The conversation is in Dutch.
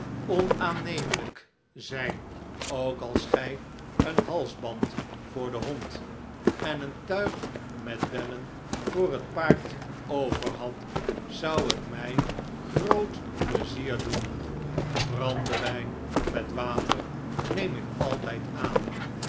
onaannemelijk zijn ook als gy een halsband voor den hond en een tuig met bellen voor het paard overhad zou het my groot pleizier doen brandewijn met water neem ik altijd aan